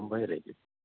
ഒമ്പതരയ്ക്ക്